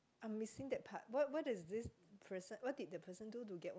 I missing that part what what is this person what did the person do to get one